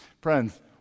Friends